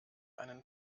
einen